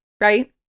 right